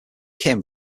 kim